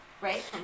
right